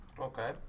okay